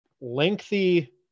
lengthy